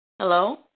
Hello